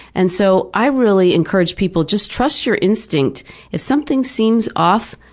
and so, i really encourage people, just trust your instinct if something seems off,